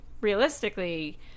realistically